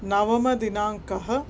नवमदिनाङ्कः